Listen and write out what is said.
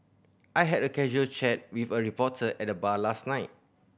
I had a casual chat with a reporter at the bar last night